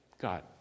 God